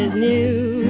new,